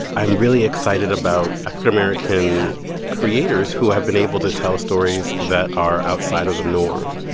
i'm really excited about african-american creators who have been able to tell stories that are outside of the norm.